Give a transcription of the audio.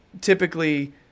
typically